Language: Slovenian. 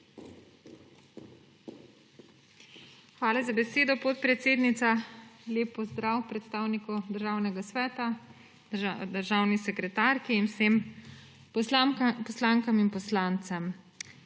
Hvala za besedo, podpredsednica. Lep pozdrav predstavniku Državnega sveta, državni sekretarki in vsem poslankam in poslancem!